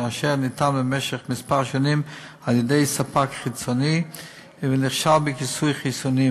אשר ניתן במשך כמה שנים על-ידי ספק חיצוני ונכשל בכיסוי חיסונים,